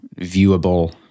viewable